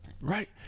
right